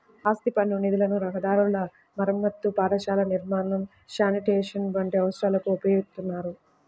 ఆస్తి పన్ను నిధులను రహదారుల మరమ్మతు, పాఠశాలల నిర్మాణం, శానిటేషన్ వంటి అవసరాలకు ఉపయోగిత్తారు